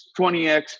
20X